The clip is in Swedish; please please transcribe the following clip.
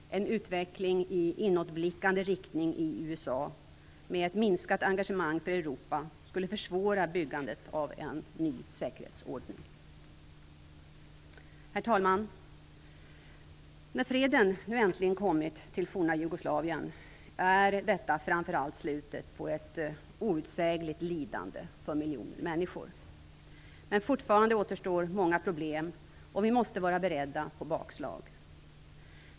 En utveckling i inåtblickande riktning i USA, med ett minskat engagemang för Europa, skulle försvåra byggandet av en ny säkerhetsordning. Herr talman! När freden nu äntligen kommit till forna Jugoslavien är detta framför allt slutet på ett outsägligt lidande för miljoner människor. Men fortfarande återstår många problem och vi måste vara beredda på bakslag.